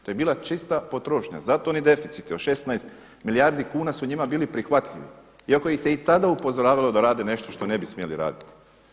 To je bila čista potrošnja, zato ni deficit od 16 milijardi kuna su njima bili prihvatljivi iako ih se i tada upozoravalo da rade nešto što ne bi smjeli raditi.